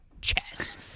chess